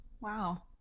wow